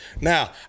Now